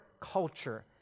culture